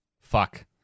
Fuck